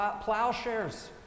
plowshares